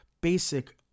basic